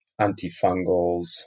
antifungals